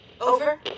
Over